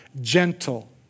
gentle